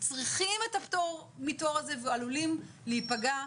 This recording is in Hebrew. צריכים את הפטור מהתור הזה, ועלולים להיפגע,